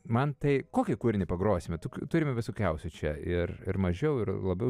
mantai kokį kūrinį pagrosime tokių turime visokiausių čia ir ir mažiau ir labiau